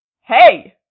hey